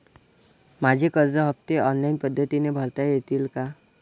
माझे कर्ज हफ्ते ऑनलाईन पद्धतीने भरता येतील का?